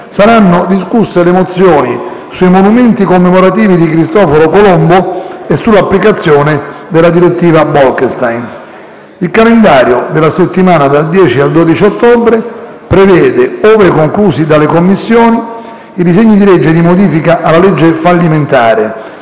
saranno discusse le mozioni sui monumenti commemorativi di Cristoforo Colombo e sull'applicazione della direttiva Bolkestein. Il calendario della settimana dal 10 al 12 ottobre prevede - ove conclusi dalle Commissioni - i disegni di legge di modifica alla legge fallimentare,